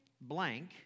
blank